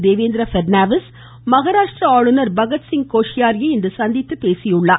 தேவேந்திர ஃபெட்னாவிஸ் மகாராஷ்ட்ரா ஆளுநர் பகத்சிங் கோஷ்யாரியை இன்று சந்தித்து பேசியுள்ளார்